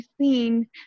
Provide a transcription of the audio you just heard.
seen